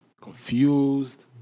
confused